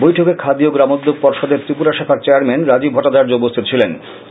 বৈঠকে খাদি ও গ্রামোদ্যোগ পর্ষদের ত্রিপুৱা শাখাৱ চেয়াৱম্যান ৱাজীব ভট্টাচাৰ্য উপস্হিত ছিলেন